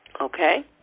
Okay